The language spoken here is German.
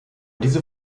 diese